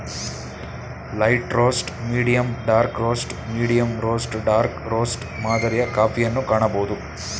light roast, medium dark roast, medium roast dark roast ಮಾದರಿಯ ಕಾಫಿಯನ್ನು ಕಾಣಬೋದು